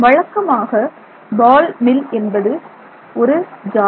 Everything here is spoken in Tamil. வழக்கமாக பால் மில் என்பது ஒரு ஜாடி